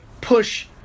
push